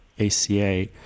ACA